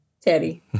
teddy